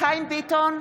חיים ביטון,